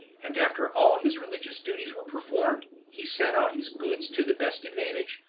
and after all his religious duties were performed, he set out his goods to the best advantage,